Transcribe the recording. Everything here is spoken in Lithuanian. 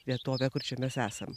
vietovę kur čia mes esam